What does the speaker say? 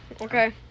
Okay